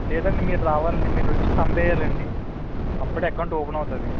లేదండి మీరు రావాలండి మీరు వచ్చి థంబ్ వెయ్యాలండి అప్పుడు అకౌంట్ ఓపెన్ అవుతుంది